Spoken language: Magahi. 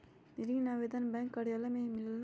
ऋण आवेदन बैंक कार्यालय मे ही मिलेला?